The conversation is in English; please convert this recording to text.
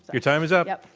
your time is up. yep.